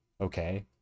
Okay